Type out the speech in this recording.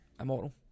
immortal